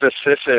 specific